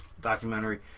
documentary